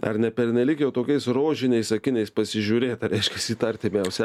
ar ne pernelyg jau tokiais rožiniais akiniais pasižiūrėta reiškiasi į tą artimiausią